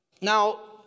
Now